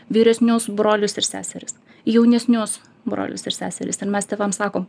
vyresnius brolius ir seseris jaunesnius brolius ir seseris ir mes tėvam sakom